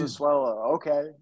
okay